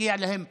מגיע להם פרס,